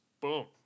boom